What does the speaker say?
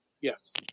Yes